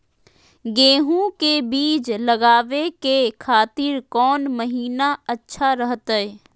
गेहूं के बीज लगावे के खातिर कौन महीना अच्छा रहतय?